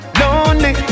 lonely